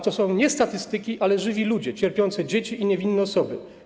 To nie są statystyki, ale żywi ludzie, cierpiące dzieci i niewinne osoby.